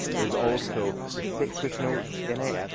there's also the citrus notes in it.